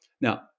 Now